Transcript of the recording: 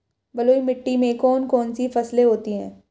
बलुई मिट्टी में कौन कौन सी फसलें होती हैं?